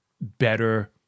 better